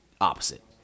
opposite